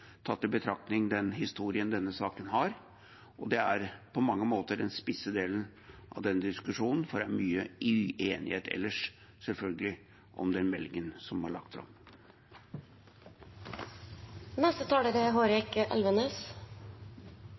tatt i betraktning den historien denne saken har. Det er på mange måter den spisse delen av den diskusjonen, for det er mye uenighet ellers, selvfølgelig, om den meldingen som er lagt fram.